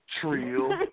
Trill